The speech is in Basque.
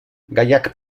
gaiak